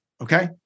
Okay